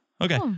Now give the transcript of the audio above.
Okay